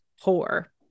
poor